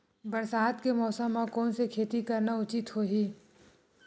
बरसात के मौसम म कोन से खेती करना उचित होही?